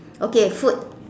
okay food